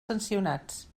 sancionats